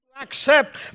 accept